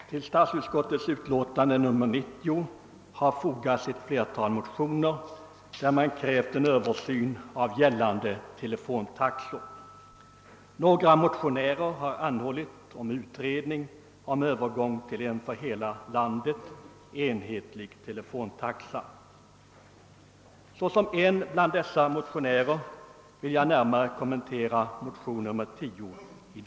Herr talman! I statsutskottets utlåtande nr 90 behandlas ett flertal motioner, där motionärerna krävt en översyn av gällande telefontaxor. Några motionärer har anhållit om utredning om övergång till en för hela landet enhetlig telefontaxa. Såsom en av dessa motionärer vill jag närmare kommentera motionen II:10.